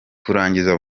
kurangiza